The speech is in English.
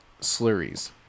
slurries